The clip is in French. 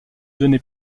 donné